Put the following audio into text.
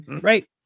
Right